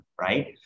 right